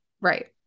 Right